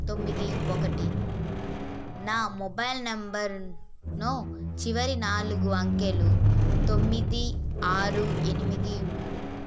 తొమ్మిది ఒకటి నా మొబైల్ నెంబర్ను చివరి నాలుగు అంకెలు తొమ్మిది ఆరు ఎనిమిది మూడు